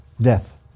death